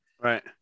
Right